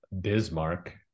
bismarck